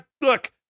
Look